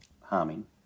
harming